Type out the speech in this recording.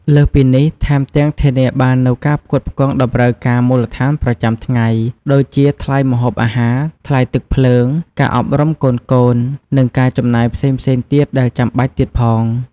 លើសពីនេះ ថែមទាំងធានាបាននូវការផ្គត់ផ្គង់តម្រូវការមូលដ្ឋានប្រចាំថ្ងៃ ដូចជាថ្លៃម្ហូបអាហារ ថ្លៃទឹកភ្លើង ការអប់រំកូនៗ និងការចំណាយផ្សេងៗទៀតដែលចាំបាច់ទៀតផង។